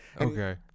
Okay